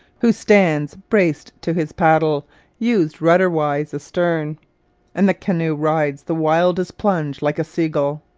who stands braced to his paddle used rudder-wise astern and the canoe rides the wildest plunge like a sea-gull.